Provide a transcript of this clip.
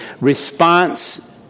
response